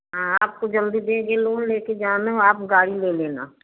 हाँ आपको जल्दी देंगे लोन लेके जाना आप गाड़ी ले लेना